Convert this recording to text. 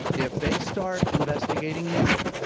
if they start investigating you,